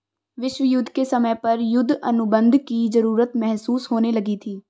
विश्व युद्ध के समय पर युद्ध अनुबंध की जरूरत महसूस होने लगी थी